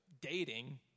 dating